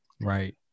Right